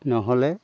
নহ'লে